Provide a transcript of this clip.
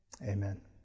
Amen